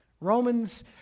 Romans